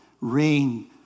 rain